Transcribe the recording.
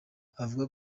avuga